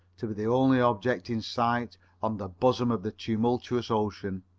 to be the only object in sight on the bosom of the tumultuous ocean.